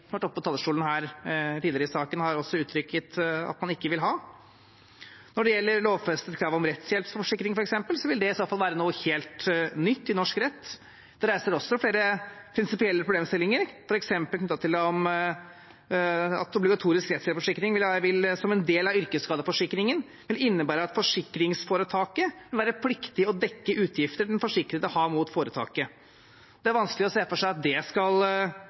oppe på talerstolen her tidligere i saken, har uttrykt at man ikke vil ha. Når det gjelder lovfestet krav om rettshjelpsforsikring, f.eks., vil det i så fall være noe helt nytt i norsk rett. Det reiser også flere prinsipielle problemstillinger, f.eks. knyttet til at obligatorisk rettshjelpsforsikring som en del av yrkesskadeforsikringen vil innebære at forsikringsforetaket vil være pliktig til å dekke utgifter den forsikrede har mot foretaket. Det er vanskelig å se for seg at det skal